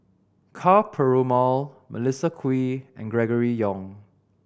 Ka Perumal Melissa Kwee and Gregory Yong